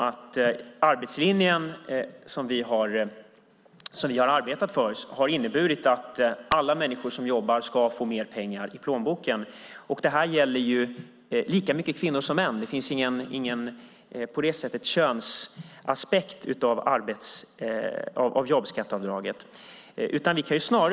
Arbetslinjen, som vi har arbetat för, har inneburit att alla människor som jobbar ska få mer pengar i plånboken. Det här gäller lika mycket för kvinnor som för män. Det finns på det sättet ingen könsaspekt på jobbskatteavdraget.